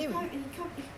not in real life